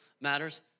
matters